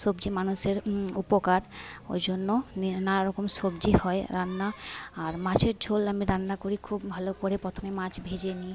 সবজি মানুষের উপকার ওই জন্য নানা রকম সবজি হয় রান্না আর মাছের ঝোল আমি রান্না করি খুব ভালো করে প্রথমে মাছ ভেজে নিই